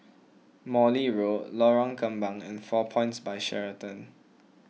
Morley Road Lorong Kembang and four Points By Sheraton